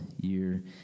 year